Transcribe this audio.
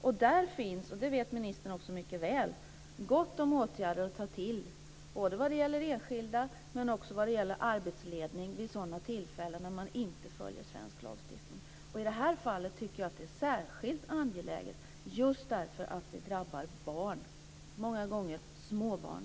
Och där finns det, och det vet ministern mycket väl, gott om åtgärder att ta till, både när det gäller enskilda och när det gäller arbetsledning vid sådana tillfällen när man inte följer svensk lagstiftning. Och i det här fallet tycker jag att det är särskilt angeläget just därför att det drabbar barn och många gånger små barn.